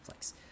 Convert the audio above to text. Netflix